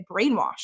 brainwashed